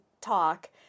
talk